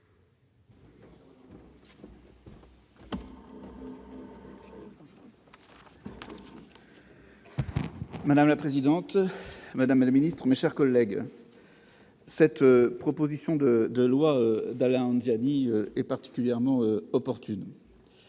Madame la présidente, madame la secrétaire d'État, mes chers collègues, cette proposition de loi d'Alain Anziani est particulièrement opportune.